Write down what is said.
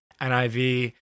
NIV